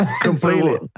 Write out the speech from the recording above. Completely